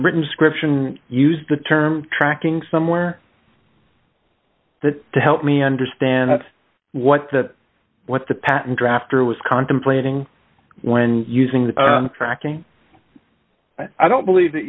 written description used the term tracking somewhere that to help me understand what that what the patent drafter was contemplating when using the tracking i don't believe that